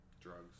Drugs